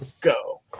go